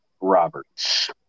Roberts